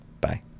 Bye